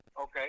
Okay